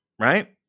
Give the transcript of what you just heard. right